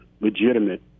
legitimate